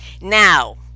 now